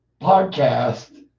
podcast